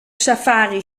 safari